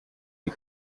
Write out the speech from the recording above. die